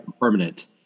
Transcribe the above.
permanent